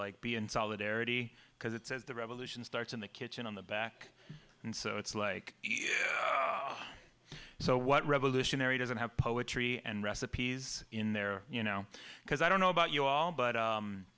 like be in solidarity because it says the revolution starts in the kitchen on the back and so it's like so what revolutionary doesn't have poetry and recipes in there you know because i don't know about you all but